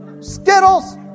skittles